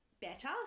better